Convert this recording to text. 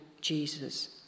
Jesus